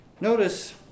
Notice